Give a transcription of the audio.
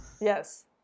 Yes